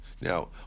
Now